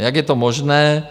Jak je to možné?